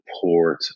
port